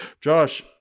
Josh